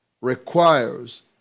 requires